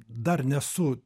dar nesu